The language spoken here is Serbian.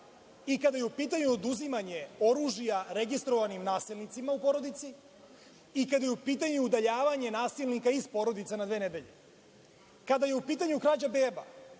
i kada je u pitanju oduzimanje oružja registrovanim nasilnicima u porodici i kada je u pitanju udaljavanje nasilnika iz porodica na dve nedelje. Kada je u pitanju krađa beba.